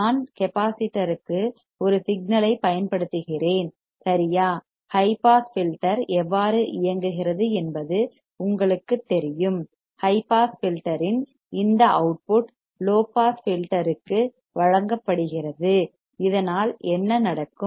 நான் கெப்பாசிட்டருக்கு ஒரு சிக்னல் ஐப் பயன்படுத்துகிறேன் சரியா ஹை பாஸ் ஃபில்டர் எவ்வாறு இயங்குகிறது என்பது உங்களுக்குத் தெரியும் ஹை பாஸ் ஃபில்டர் இன் இந்த அவுட்புட் லோ பாஸ் ஃபில்டர்க்கு வழங்கப்படுகிறது இதனால் என்ன நடக்கும்